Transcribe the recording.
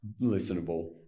Listenable